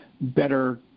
better